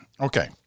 Okay